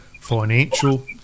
financial